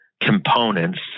components